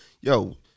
Yo